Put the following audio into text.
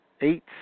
eight